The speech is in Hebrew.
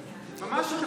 ממש,